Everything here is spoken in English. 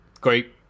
Great